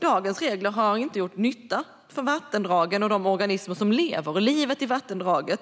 Dagens regler har inte gjort nytta för livet i vattendragen och för de organismer som lever där,